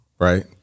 right